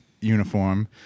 uniform